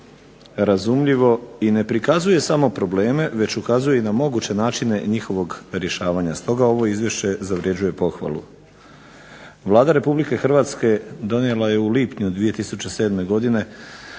razumljivo i ne prikazuje samo probleme već i ukazuje na moguće načine njihovog rješavanja. Stoga ovo izvješće zavređuje pohvalu. Vlada Republike Hrvatske donijela je u lipnju 2007.